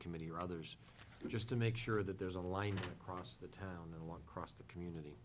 committee or others just to make sure that there's a line across the town no one cross the community